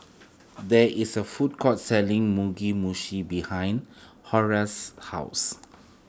there is a food court selling Mugi Meshi behind Horace's house